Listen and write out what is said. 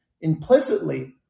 Implicitly